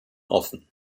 offen